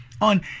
on